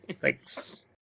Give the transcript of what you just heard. Thanks